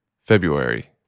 February